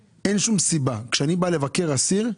כשאני בא לבקר אסיר,